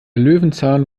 löwenzahn